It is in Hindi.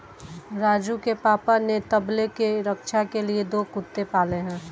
राजू के पापा ने तबेले के रक्षा के लिए दो कुत्ते पाले हैं